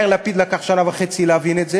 ליאיר לפיד לקח שנה וחצי להבין את זה,